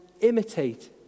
imitate